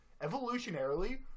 evolutionarily